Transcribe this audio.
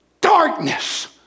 darkness